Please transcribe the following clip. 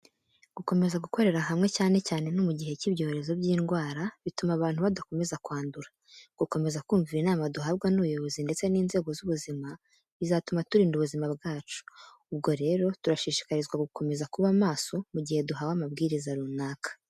Gukomeza gukorera hamwe, cyane cyane no mu gihe cy'ibyorezo by'indwara, bituma abantu badakomeza kwandura. Gukomeza kumvira inama duhabwa n'ubuyobozi ndetse n'inzego z'ubuzima bizatuma turinda ubuzima bwacu. Ubwo rero, turashishikarizwa gukomeza kuba maso mu gihe duhawe amabwiriza runaka.